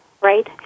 right